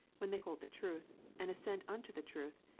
when they hold the truth, and assent unto the truth,